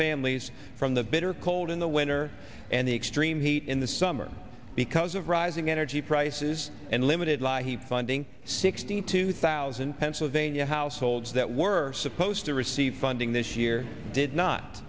families from the bitter cold in the winter and the extreme heat in the summer because of rising energy prices and limited ly he funding sixty two thousand pennsylvania households that were supposed to receive funding this year did not